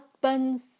buns